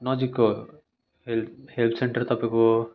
नजिकको help help centre तपाईँको